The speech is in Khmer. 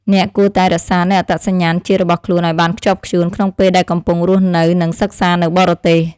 អ្នកគួរតែរក្សានូវអត្តសញ្ញាណជាតិរបស់ខ្លួនឱ្យបានខ្ជាប់ខ្ជួនក្នុងពេលដែលកំពុងរស់នៅនិងសិក្សានៅបរទេស។